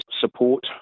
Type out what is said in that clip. support